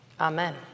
amen